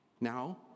Now